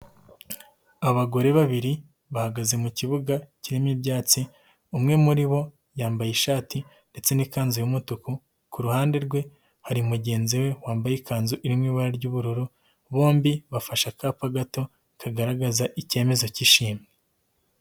Abagore babiri, bahagaze mu kibuga kirimo ibyatsi, umwe muri bo yambaye ishati ndetse n'ikanzu y'umutuku, ku ruhande rwe, hari mugenzi we, wambaye ikanzu irimo ibara ry'ubururu, bombi bafashe akapa gato, kagaragaza icyemezo cy'ishimwe.